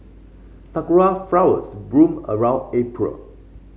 sakura flowers bloom around April